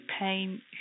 pain